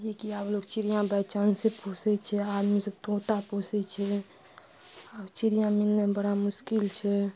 जेकि आब लोक चिड़िआ बाइचान्स से पोसै छै आदमी सब तोता पोसै छै आब चिड़िआ मिलनाइ बड़ा मुश्किल छै